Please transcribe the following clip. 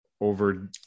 over